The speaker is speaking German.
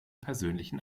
persönlichen